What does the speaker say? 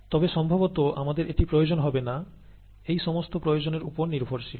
তবে সম্ভবত আমাদের এটি প্রয়োজন হবে না এই সমস্ত প্রয়োজনের উপর নির্ভরশীল